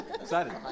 Excited